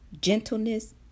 Gentleness